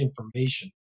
information